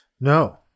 No